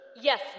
Yes